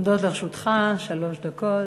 עומדות לרשותך שלוש דקות.